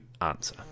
answer